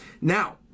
Now